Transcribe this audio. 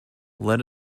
let